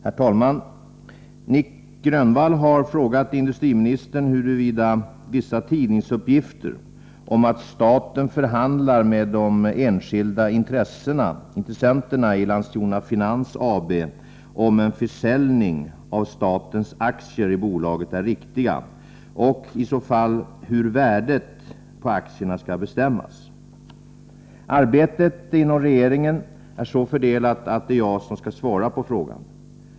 Herr talman! Nic Grönvall har frågat industriministern huruvida vissa tidningsuppgifter om att staten förhandlar med de enskilda intressenterna i Landskrona Finans AB om en försäljning av statens aktier i bolaget är riktiga och, i så fall, hur värdet på aktierna skall bestämmas. Arbetet inom regeringen är så fördelat att det är jag som skall svara på frågan.